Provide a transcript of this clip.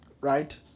Right